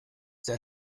der